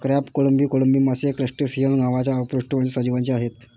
crab, कोळंबी, कोळंबी मासे क्रस्टेसिअन्स नावाच्या अपृष्ठवंशी सजीवांचे आहेत